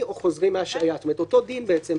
אוקיי, זאת שאלה עקרונית.